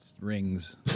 rings